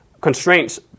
constraints